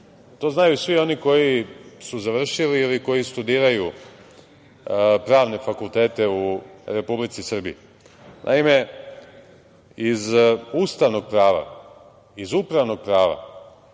To znaju svi oni koji su završili ili koji studiraju pravne fakultete u Republici Srbiji. Naime, iz ustavnog prava, iz upravnog prava